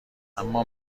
اما